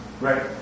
Right